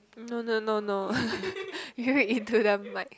no no no no you can read into the mic